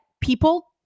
people